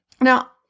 Now